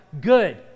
good